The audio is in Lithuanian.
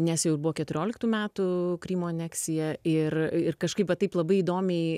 nes jau buvo keturioliktų metų krymo aneksija ir ir kažkaip va taip labai įdomiai